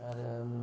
आरो